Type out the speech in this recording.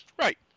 Right